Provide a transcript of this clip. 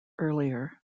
earlier